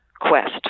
quest